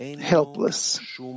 helpless